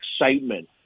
excitement